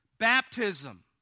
baptism